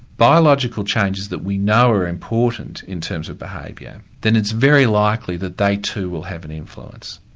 biological changes that we know are important in terms of behaviour, then it's very likely that they too will have an influence.